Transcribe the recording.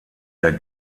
der